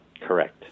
Correct